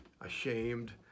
ashamed